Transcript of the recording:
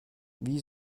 wie